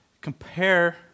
Compare